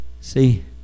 See